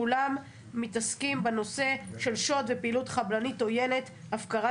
כולם מתעסקים בנושא של "שוד ופעילות חבלנית עוינת: הפקרת